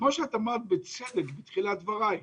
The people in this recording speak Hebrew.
כמו שאמרת בצדק בתחילת דברייך,